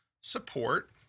Support